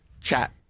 chat